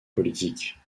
politique